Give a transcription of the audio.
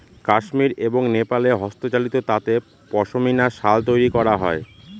কাশ্মির এবং নেপালে হস্তচালিত তাঁতে পশমিনা শাল তৈরী করা হয়